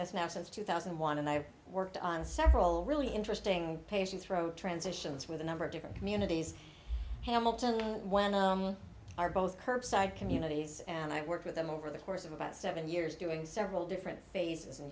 this now since two thousand and one and i have worked on several really interesting patients fro transitions with a number of different communities hamilton are both curbside communities and i worked with them over the course of about seven years doing several different phases and